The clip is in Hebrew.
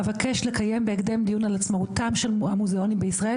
אבקש לקיים בהקדם דיון על עצמאותם של המוזיאונים בישראל,